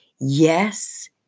Yes